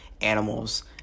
animals